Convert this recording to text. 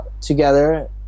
together